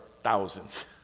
thousands